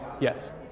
Yes